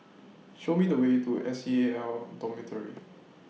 Show Me The Way to S C A L Dormitory